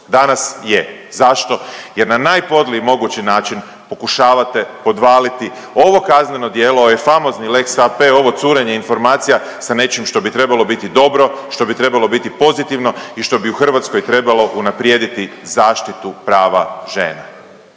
danas je. Zašto? Jer na najpodliji mogući način pokušavate podvaliti ovo kazneno djelo, ovaj famozni lex AP, ovo curenje informacija sa nečim što bi trebalo biti dobro, što bi trebalo biti pozitivno i što bi u Hrvatskoj trebalo unaprijediti zaštitu prava žena.